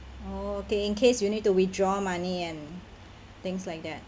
oh okay in case you need to withdraw money and things like that